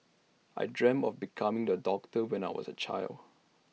I dreamt of becoming A doctor when I was A child